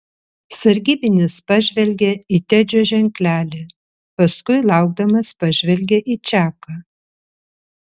sargybinis pažvelgė į tedžio ženklelį paskui laukdamas pažvelgė į čaką